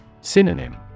Synonym